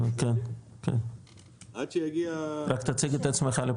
כן, רק תציג את עצמך.